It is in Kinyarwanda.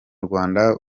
rwanda